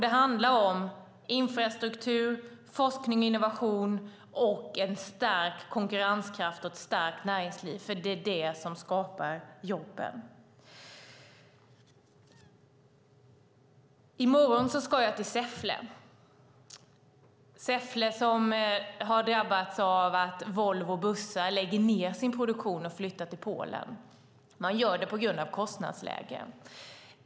Det handlar om infrastruktur, forskning och innovation, en stark konkurrenskraft och ett starkt näringsliv, för det är det som skapar jobben. I morgon ska jag till Säffle, som har drabbats av att Volvo Bussar lägger ned sin produktion och flyttar till Polen. Man gör det på grund av kostnadsläget.